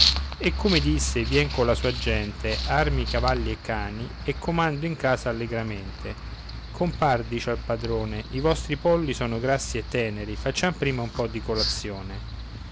e come disse vien colla sua gente armi cavalli e cani e comandando in casa allegramente compar dice al padrone i vostri polli sono grassi e teneri facciamo prima un po di colazione